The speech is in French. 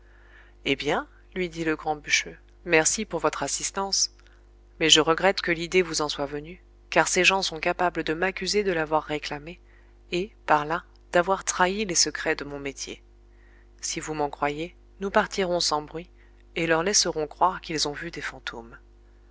eh bien lui dit le grand bûcheux merci pour votre assistance mais je regrette que l'idée vous en soit venue car ces gens sont capables de m'accuser de l'avoir réclamée et par là d'avoir trahi les secrets de mon métier si vous m'en croyez nous partirons sans bruit et leur laisserons croire qu'ils ont vu des fantômes